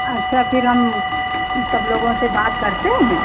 अच्छा फिर हम सब लोगों से बात करते हैं